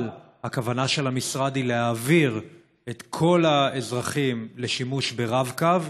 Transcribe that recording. אבל הכוונה של המשרד היא להעביר את כל האזרחים לשימוש ברב-קו,